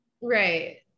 Right